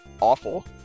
awful